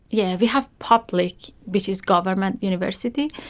yeah we have public, which is government university,